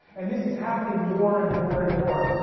and this is happening more, and more, and more.